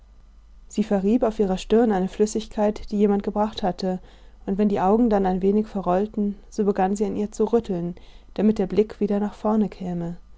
sie verrieb auf ihrer stirn eine flüssigkeit die jemand gebracht hatte und wenn die augen dann ein wenig verrollten so begann sie an ihr zu rütteln damit der blick wieder nach vorne käme